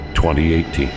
2018